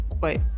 Wait